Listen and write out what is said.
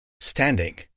standing